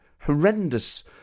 horrendous